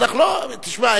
תשמע,